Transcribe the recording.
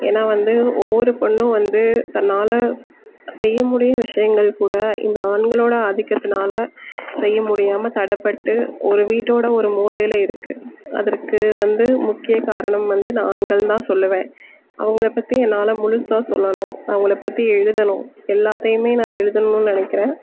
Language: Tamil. ஏன்னா வந்து ஒவ்வொரு பொண்ணும் வந்து தன்னால் செய்ய முடியிற விஷயங்கள் கூட இந்த ஆண்களோட ஆதிக்கத்தினால செய்ய முடியாம தடைப்பட்டு ஒரு வீட்டோட ஒரு மூலையில் இருக்கு அதற்கு வந்து முக்கிய காரணம் வந்து நான் ஆண்கள்ன்னு தான் சொல்லுவேன் அவங்கள பற்றி என்னால் முழுசாக சொல்லணும் அவங்கள பற்றி எழுதணும் எல்லாத்தையுமே நான் எழுதணுன்னு நினைக்கிறேன்